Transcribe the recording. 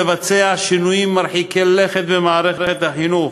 לבצע שינויים מרחיקי לכת במערכת החינוך,